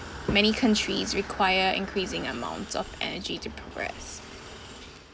many countries require increasing amounts of energy to progress